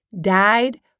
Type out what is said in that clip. died